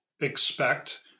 expect